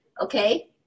okay